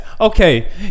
Okay